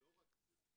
לא רק זה.